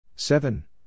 Seven